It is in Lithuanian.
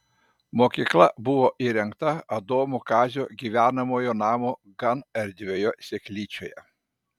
mokykla buvo įrengta adomo kazio gyvenamojo namo gan erdvioje seklyčioje